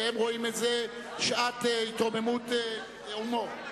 והם רואים בזה שעת התרוממות הומור.